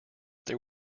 there